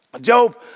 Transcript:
Job